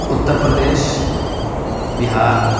Uttar Pradesh Bihar